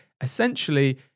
Essentially